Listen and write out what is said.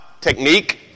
technique